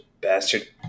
bastard